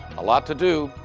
a lot to do,